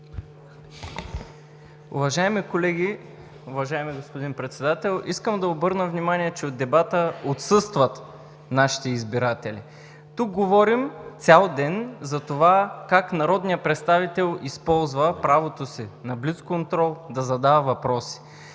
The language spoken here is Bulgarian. България): Уважаеми господин Председател, уважаеми колеги! Искам да обърна внимание, че от дебата отсъстват нашите избиратели. Тук говорим цял ден как народният представител използва правото си на блицконтрол да задава въпроси,